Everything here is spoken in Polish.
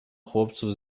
chłopców